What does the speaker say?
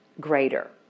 greater